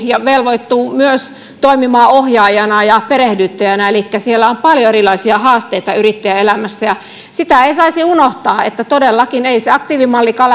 ja velvoittuu myös toimimaan ohjaajana ja perehdyttäjänä elikkä siellä on paljon erilaisia haasteita yrittäjän elämässä sitä ei saisi unohtaa että todellakin ei se aktiivimallikaan